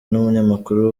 n’umunyamakuru